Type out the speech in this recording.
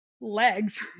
legs